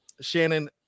Shannon